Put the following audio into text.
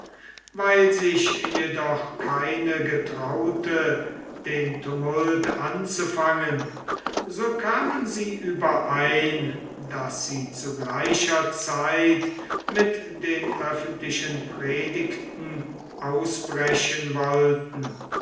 weil sich jedoch keine getraute den tumult anzufangen so kamen sie überein daß sie zu gleicher zeit mit den öffentlichen predigten ausbrechen wollten